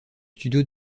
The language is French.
studio